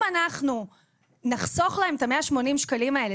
אם אנחנו נחסוך להם את ה- 180 שקלים האלה,